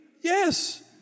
yes